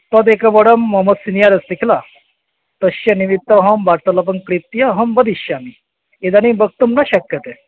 तदेकवारं मम सिनियर् अस्ति किल तस्य निमित्तमहं वार्तलापं कृत्य अहं वदिष्यामि इदानीं वक्तुं न शक्यते